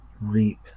reap